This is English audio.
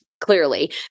clearly